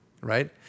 right